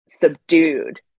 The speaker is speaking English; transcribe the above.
subdued